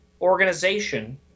organization